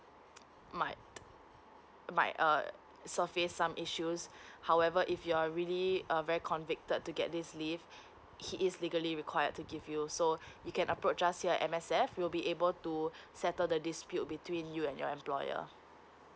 might might err surface some issues however if you're really a very convicted to get this leave he is legally required to give you so we can approach us here at M_S_F we'll be able to settle the dispute between you and your employer